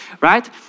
right